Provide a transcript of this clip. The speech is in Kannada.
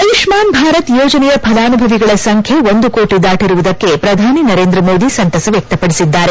ಆಯುಷ್ಮಾನ್ ಭಾರತ್ ಯೋಜನೆಯ ಫಲಾನುಭವಿಗಳ ಸಂಖ್ಯೆ ಒಂದು ಕೋಟಿ ದಾಟಿರುವುದಕ್ಕೆ ಪ್ರಧಾನಿ ನರೇಂದ್ರ ಮೋದಿ ಸಂತಸ ವ್ಯಕ್ತಪಡಿಸಿದ್ದಾರೆ